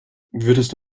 würdest